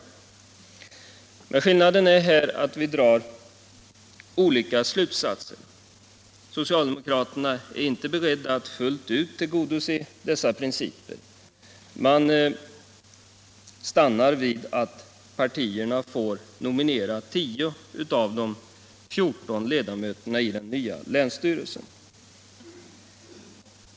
Skillnaden är att vi här drar olika slutsatser. Socialdemokraterna är inte beredda att fullt ut tillgodose dessa principer. Man stannar vid att pariterna får nominera 10 av de 14 ledamöterna i den nya länsstyrelsen.